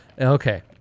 Okay